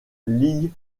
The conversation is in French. league